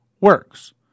works